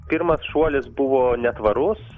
pirmas šuolis buvo netvarus